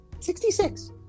66